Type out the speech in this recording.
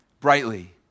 brightly